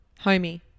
Homie